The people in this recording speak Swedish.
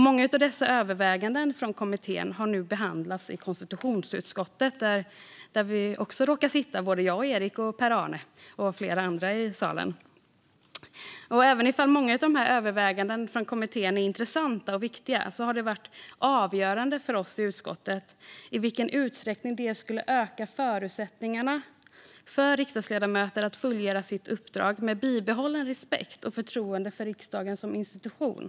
Många av dessa överväganden från kommittén har nu behandlats i konstitutionsutskottet, där både jag, Erik, Per-Arne och flera andra här i salen också råkar sitta, och även om många av kommitténs överväganden är intressanta och viktiga har det avgörande för oss utskottet varit i vilken utsträckning de skulle öka förutsättningarna för riksdagsledamöter att fullgöra sitt uppdrag med bibehållen respekt och förtroende för riksdagen som institution.